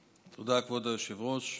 תודה, כבוד היושב-ראש.